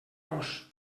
gos